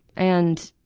and